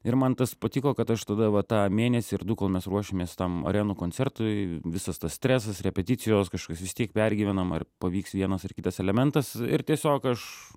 ir man tas patiko kad aš tada va tą mėnesį ar du kol mes ruošėmės tam arenų koncertui visas tas stresas repeticijos kažkas vis tiek pergyvenam ar pavyks vienas ar kitas elementas ir tiesiog aš